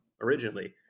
originally